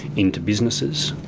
into businesses.